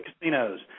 Casinos